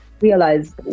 realize